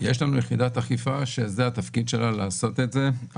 יש לנו יחידת אכיפה שזה התפקיד שלה לעשות את זה.